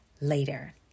later